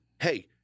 hey